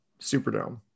Superdome